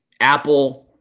Apple